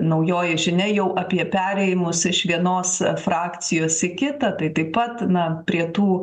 naujoji žinia jau apie perėjimus iš vienos frakcijos į kitą tai taip pat na prie tų